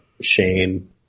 Shane